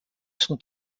sont